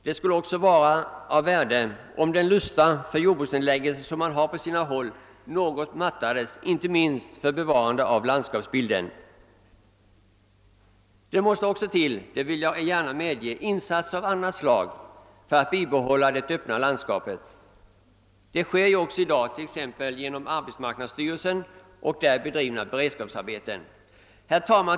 Det skulle också vara av värde — inte minst för bevarande av landskapsbilden — om den lust till jordbruksnedläggelser som man har på sina håll något mattades. Det måste också till insatser av annat slag för att bibehålla det öppna landskapet — det vill jag gärna medge. Sådana görs också i dag, t.ex. genom arbetsmarknadsstyrelsens försorg bl.a. i form av beredskapsarbeten. Herr talman!